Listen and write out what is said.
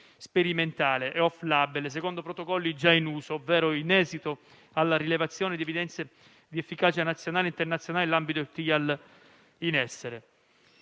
sperimentale e *off label* secondo protocolli già in uso, ovvero in esito alla rilevazione di evidenze di efficacia nazionale e internazionale nell'ambito del *trial* in essere.